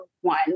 one